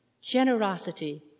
generosity